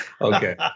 Okay